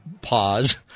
pause